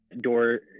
door